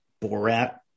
Borat